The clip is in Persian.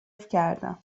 کردم